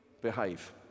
behave